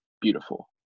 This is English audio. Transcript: beautiful